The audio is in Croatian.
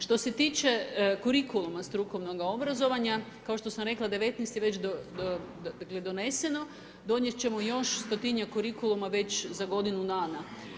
Što se tiče kurikuluma strukovnoga obrazovanja, kao što sam rekla, 19 je već doneseno, donijeti ćemo još stotinjak kurikuluma već za godinu dana.